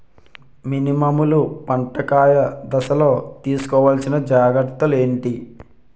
మినుములు పంట కాయ దశలో తిస్కోవాలసిన జాగ్రత్తలు ఏంటి?